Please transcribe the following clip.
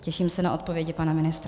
Těším se na odpovědi pana ministra.